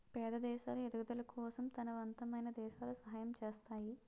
పేద దేశాలు ఎదుగుదల కోసం తనవంతమైన దేశాలు సహాయం చేస్తాయి